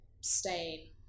stain